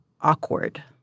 Awkward